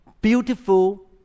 beautiful